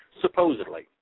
supposedly